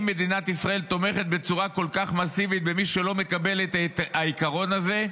אם מדינת ישראל תומכת בצורה כל כך מסיבית במי שלא מקבל את העיקרון הזה,